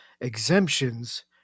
exemptions